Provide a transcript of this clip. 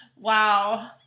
Wow